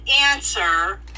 answer